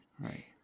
right